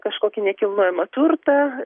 kažkokį nekilnojamą turtą